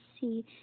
see